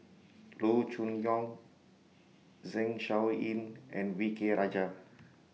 Loo Choon Yong Zeng Shouyin and V K Rajah